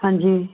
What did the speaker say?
ਹਾਂਜੀ